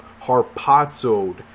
harpazoed